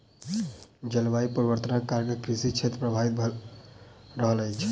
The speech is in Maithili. जलवायु परिवर्तनक कारणेँ कृषि क्षेत्र प्रभावित भअ रहल अछि